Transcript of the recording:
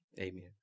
Amen